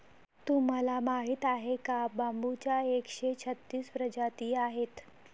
तुम्हाला माहीत आहे का बांबूच्या एकशे छत्तीस प्रजाती आहेत